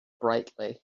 brightly